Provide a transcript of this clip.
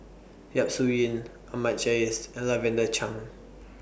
Yap Su Yin Ahmad Jais and Lavender Chang